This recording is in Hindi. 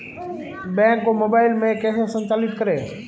बैंक को मोबाइल में कैसे संचालित करें?